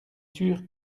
sûr